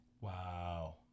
Wow